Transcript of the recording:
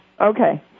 Okay